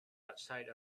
outside